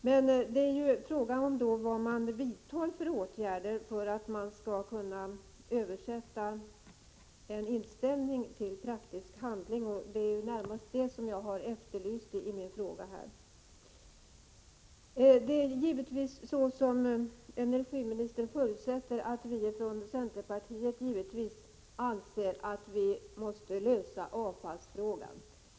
Men det som jag närmast har efterlyst i min interpellation är vad man vidtar för åtgärder för att kunna översätta en inställning till praktisk handling. Det är givetvis så, som energiministern förutsätter, att vi från centerpartiets sida anser att avfallsfrågan måste lösas.